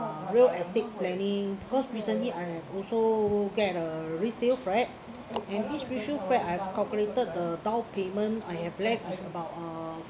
real estate planning because recently I also get a resale right and this resale right I've calculated the down payment I have left is about uh